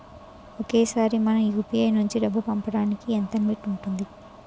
ఒకేసారి మనం యు.పి.ఐ నుంచి డబ్బు పంపడానికి ఎంత లిమిట్ ఉంటుంది?